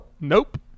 Nope